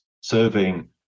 serving